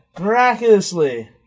miraculously